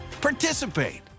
participate